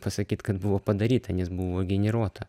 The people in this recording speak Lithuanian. pasakyt kad buvo padaryta nes buvo generuota